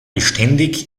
beständig